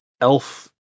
elf